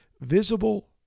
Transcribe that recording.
visible